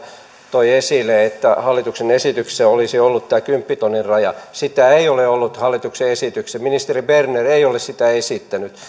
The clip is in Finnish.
toi esille että hallituksen esityksessä olisi ollut tämä kymppitonnin raja sitä ei ole ollut hallituksen esityksessä ministeri berner ei ole sitä esittänyt